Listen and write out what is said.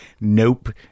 nope